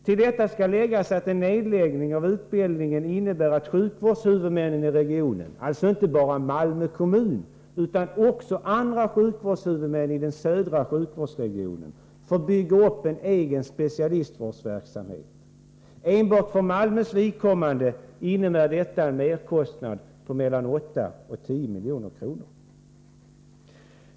Till detta skall läggas att en nedläggning av utbildningen innebär att sjukvårdshuvudmännen i regionen, alltså inte bara Malmö kommun utan också andra sjukvårdshuvudmän i södra regionen, får bygga upp en egen specialistvårdsverksamhet. Enbart för Malmös vidkommande innebär detta en merkostnad på mellan åtta och tio milj.kr.